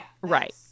right